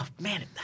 man